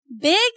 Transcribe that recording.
big